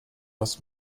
lass